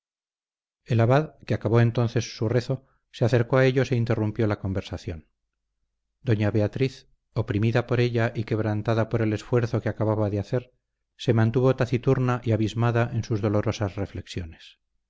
que acabó entonces su rezo se acercó a ellos e interrumpió la conversación doña beatriz oprimida por ella y quebrantada por el esfuerzo que acababa de hacer se mantuvo taciturna y abismada en sus dolorosas reflexiones